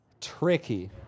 Tricky